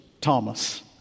Thomas